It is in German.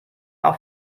auf